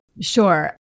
Sure